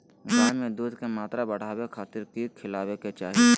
गाय में दूध के मात्रा बढ़ावे खातिर कि खिलावे के चाही?